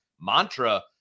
mantra